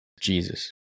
Jesus